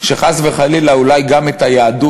שחס וחלילה אולי גם את היהדות,